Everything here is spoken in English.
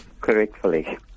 Correctly